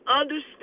understand